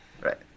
Right